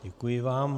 Děkuji vám.